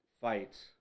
fights